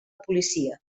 policia